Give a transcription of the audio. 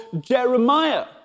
Jeremiah